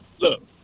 Look